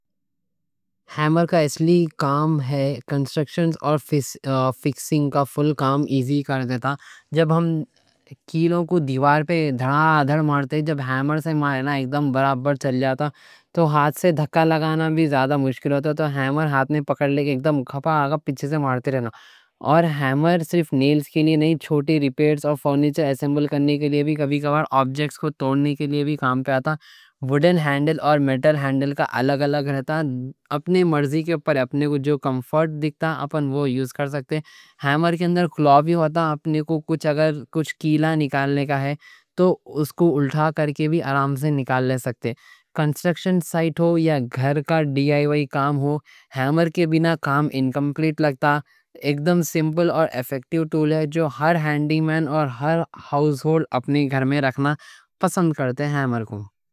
ہیمر کا اصلی کام ہے کنسٹرکشنز اور فکسنگ کا فل کام ایزی کر دیتا۔ جب ہم کیلوں کو دیوار پہ دھڑا دھڑ مارتے، جب ہیمر سے مارنا اکدام برابر چل جاتا تو ہاتھ سے دھکا لگانا بھی زیادہ مشکل ہوتا۔ تو ہیمر ہاتھ میں پکڑ لے کے اکدام گھپا گھپ پچھے سے مارتے رہنا۔ اور ہیمر صرف نیلز کے لیے نہیں، چھوٹی ریپیٹس اور فرنیچر اسیمبل کرنے کے لیے بھی، کبھی کبھار آبجیکس کو توڑنے کے لیے بھی کام پہ آتا۔ وڈن ہینڈل اور میٹل ہینڈل کا الگ الگ رہتا، اپنے مرضی کے اوپر اپنے کو جو کمفورٹ دیکھتا اپن وہ یوز کر سکتے۔ ہیمر کے اندر کلو بھی ہوتا، اپنے کو کچھ اگر کچھ کیلا نکالنے کا ہے تو اس کو الٹھا کر کے بھی آرام سے نکال لے سکتے۔ کنسٹرکشن سائٹ ہو یا گھر کا ڈی آئی وائی کام ہو، ہیمر کے بینا کام انکمپلیٹ لگتا۔ اکدام سمپل اور ایفیکٹیو ٹول ہے جو ہر ہینڈی مین اور ہر ہاؤس ہول اپنی گھر میں رکھنا پسند کرتے ہیمر کو۔